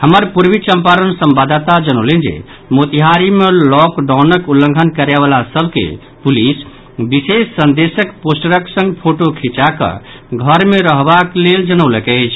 हमर पूर्वी चंपारण संवाददाता जनौलनि जे मोतिहारी मे लॉकडाउनक उल्लंघन करयवला सभ के पुलिस विशेष संदेशक पोस्टरक संग फोटो खिंचाकऽ घर मे रहबाक लेल जनौलक अछि